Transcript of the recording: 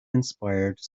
inspired